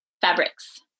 fabrics